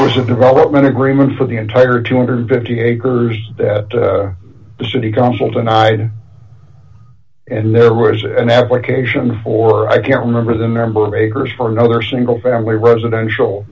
was a development agreement for the entire two hundred and fifty dollars acres that the city council denied and there was an application for i can't remember the number of acres for another single family residential